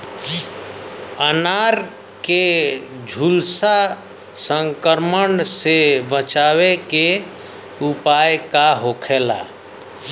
अनार के झुलसा संक्रमण से बचावे के उपाय का होखेला?